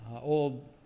old